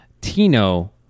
Tino